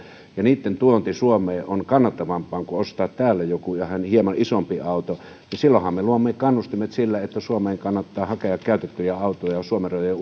ja niitten tuonti suomeen on kannattavampaa kuin ostaa täältä joku hieman isompi auto niin silloinhan me luomme kannustimet sille että suomeen kannattaa hakea käytettyjä autoja suomen rajojen